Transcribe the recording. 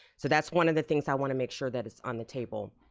so that's one of the things i wanna make sure that it's on the table.